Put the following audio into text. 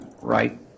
right